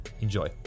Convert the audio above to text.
Enjoy